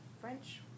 French